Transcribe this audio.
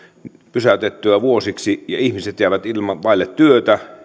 pysäytettyä vuosiksi ihmiset jäävät vaille työtä